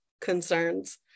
concerns